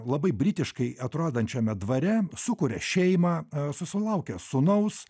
labai britiškai atrodančiame dvare sukuria šeimą susulaukia sūnaus